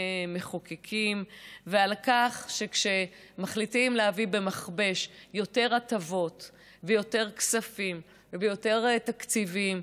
בכך שכמחליטים להביא במכבש יותר הטבות ויותר כספים ויותר תקציבים,